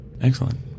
Excellent